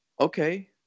okay